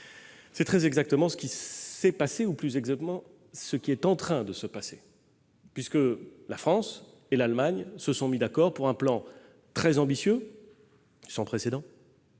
C'est très précisément ce qui s'est passé ou, plus exactement, ce qui est en train de se passer, puisque la France et l'Allemagne se sont mises d'accord pour un plan très ambitieux, sans précédent,